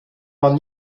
man